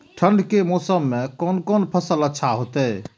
ठंड के मौसम में कोन कोन फसल अच्छा होते?